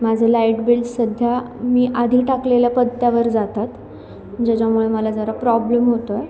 माझे light bills सध्या मी आधी टाकलेल्या पत्त्यावर जातात ज्याच्यामुळे मला जरा प्रॉब्लेम होत आहे